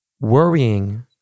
worrying